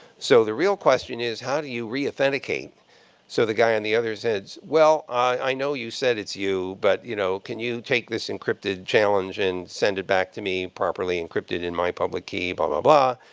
so the real question is, how do you reauthenticate so the guy on the other end says, well, i know you said it's you, but, you know, can you take this encrypted challenge and send it back to me properly encrypted in my public key, but blah,